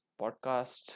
podcast